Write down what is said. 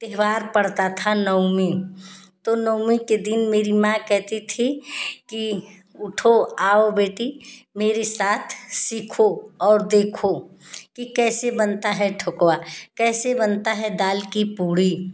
त्योहार पड़ता था नवमी तो नवमी के दिन मेरी माँ कहती थी कि उठो आओ बेटी मेरे साथ सीखो और देखो कि कैसे बनता है ठोकवा कैसे बनता है दाल की पूड़ी